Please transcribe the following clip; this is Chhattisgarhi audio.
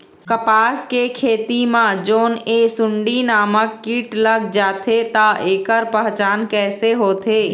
कपास के खेती मा जोन ये सुंडी नामक कीट लग जाथे ता ऐकर पहचान कैसे होथे?